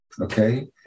okay